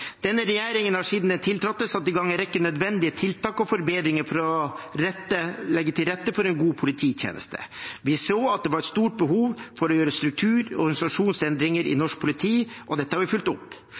Denne regjeringen har siden den tiltrådte, satt i gang en rekke nødvendige tiltak og forbedringer for å legge til rette for en god polititjeneste. Vi så at det var et stort behov for å gjøre struktur- og organisasjonsendringer i